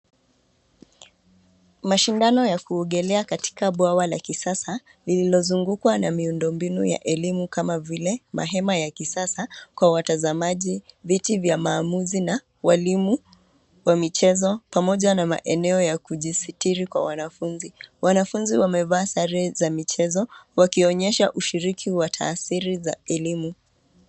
Mashindano ya kuogelea katika bwawa la kisasa lililozungukwa na miundo mbinu ya elimu kama vile, mahema ya kisasa kwa watazamaji, viti vya maamuzi na walimu wa michezo pamoja na maeneo ya kujisitiri kwa wanafunzi. Wanafunzi wamevaa sare za michezo wakionyesha ushiriki wa taasiri za elimu.